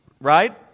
Right